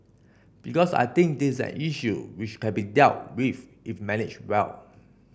because I think this is an issue which can be dealt with if managed well